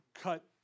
Cut